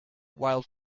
while